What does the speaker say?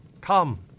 Come